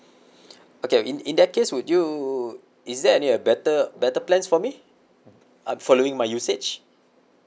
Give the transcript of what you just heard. okay in in that case would you is there any uh better better plans for me um following my usage